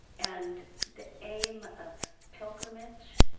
and the aim of pilgrimage,